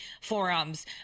Forums